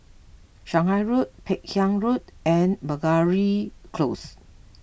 Shanghai Road Peck Hay Road and Meragi Close